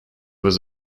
was